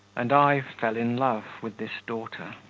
and i fell in love with this daughter.